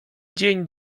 dzień